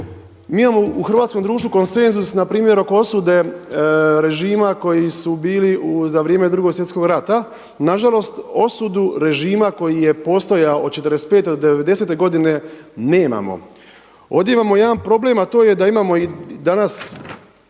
Mi imamo u hrvatskom društvu konsenzus npr. oko osude režima koji su bili za vrijeme Drugog svjetskog rata nažalost osudu režima koji je postojao od '45. do '90. godine nemamo. Ovdje imamo jedan problem, a to je da imamo danas